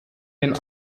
den